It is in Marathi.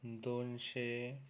दोनशे